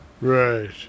Right